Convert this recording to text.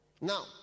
Now